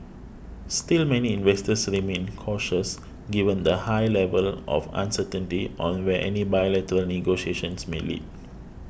still many investors remained cautious given the high level of uncertainty on where any bilateral negotiations may lead